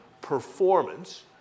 performance